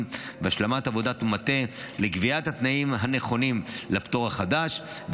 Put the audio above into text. ובהשלמת עבודת מטה לקביעת התנאים הנכונים לפטור החדש,